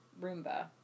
Roomba